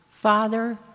Father